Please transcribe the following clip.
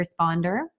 responder